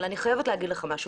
אבל אני חייבת להגיד לך משהו,